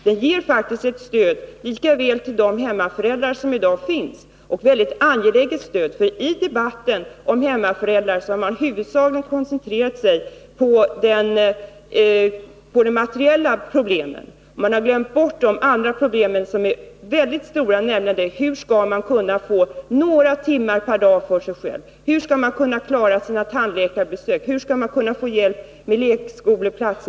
Den ger faktiskt ett mycket angeläget stöd till hemmaföräldrar i dag. I debatten om hemmaföräldrar har man huvudsakligen koncentrerat sig på de materiella problemen och glömt bort de andra problemen som är mycket stora. Det är problem som gäller hur man skall kunna få några timmar per dag för sig själv, hur man skall kunna klara sina tandläkarbesök, hur man skall kunna få hjälp med lekskoleplats.